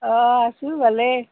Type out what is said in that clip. অঁ আছোঁ ভালেই